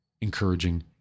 encouraging